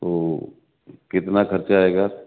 تو کتنا خرچہ آئے گا